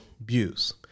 abuse